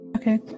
Okay